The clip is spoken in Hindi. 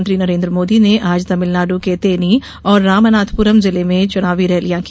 प्रधानमंत्री नरेन्द्र मोदी ने आज तमिलनाडु के तेनी और रामानाथपुरम जिले में चुनावी रैलियां की